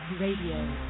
radio